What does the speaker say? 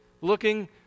looking